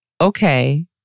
okay